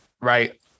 right